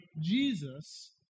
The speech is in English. Jesus